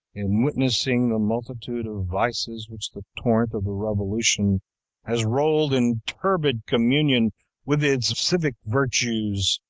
in witnessing the multitude of vices which the torrent of the revolution has rolled in turbid communion with its civic virtues,